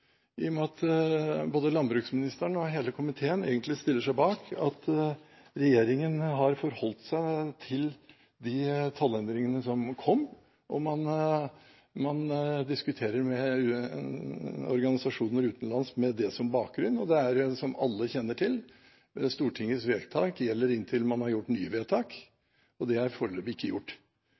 både landbruksministeren og hele komiteen stiller seg bak at regjeringen har forholdt seg til de tollendringene som kom. Man diskuterer også med organisasjoner utenlands med det som bakgrunn. Og som alle kjenner til: Stortingets vedtak gjelder inntil man har gjort nye vedtak, og det er foreløpig ikke gjort.